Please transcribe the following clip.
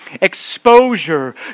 exposure